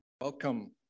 Welcome